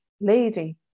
lady